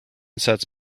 sets